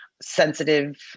sensitive